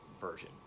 version